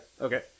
Okay